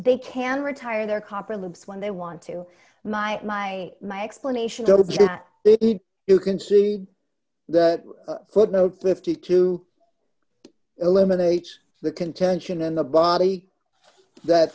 they can retire in their conference when they want to my my my explanation of it you can see the footnote fifty two eliminates the contention in the body that